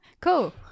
Cool